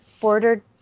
bordered